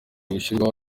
gushyirwaho